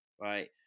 right